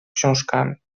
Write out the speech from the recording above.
książkami